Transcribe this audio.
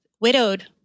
widowed